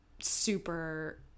super